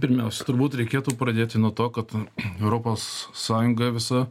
pirmiausia turbūt reikėtų pradėti nuo to kad europos sąjunga visa